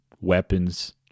weapons